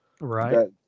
right